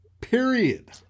period